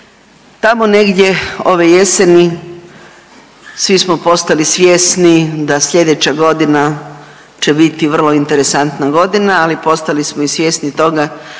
Tamo negdje ove jeseni svi smo postali svjesni da sljedeća godina će biti vrlo interesantna godina, ali postali smo i svjesni toga